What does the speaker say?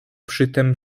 przytem